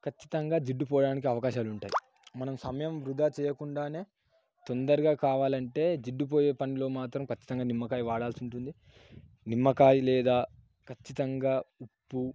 ఖచ్చితంగా జిడ్డు పోవడానికి అవకాశాలు ఉంటాయి మనం సమయం వృథా చేయకుండానే తొందరగా కావాలంటే జిడ్డు పోయే పనులు మాత్రం ఖచ్చితంగా నిమ్మకాయ వాడాల్సి ఉంటుంది నిమ్మకాయ లేదా ఖచ్చితంగా ఉప్పు